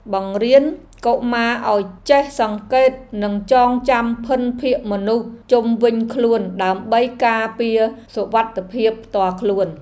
បង្រៀនកុមារឱ្យចេះសង្កេតនិងចងចាំភិនភាគមនុស្សជុំវិញខ្លួនដើម្បីការពារសុវត្ថិភាពផ្ទាល់ខ្លួន។